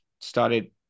started